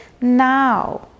now